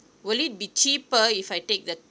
will it be cheaper if I take the